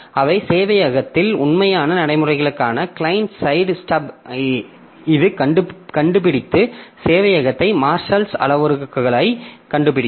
அவை சேவையகத்தில் உண்மையான நடைமுறைக்கான கிளையன்ட் சைட் ஸ்டப் இதுகண்டுபிடித்து சேவையகத்தை மார்ஷல்ஸ் அளவுருக்களை கண்டுபிடிக்கும்